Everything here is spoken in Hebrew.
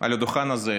על הדוכן הזה,